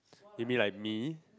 you mean like me